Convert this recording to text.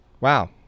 Wow